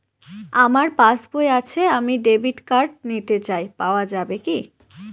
আমার পাসবই আছে আমি ডেবিট কার্ড নিতে চাই পাওয়া যাবে কি?